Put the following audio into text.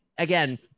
Again